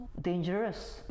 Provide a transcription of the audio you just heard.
dangerous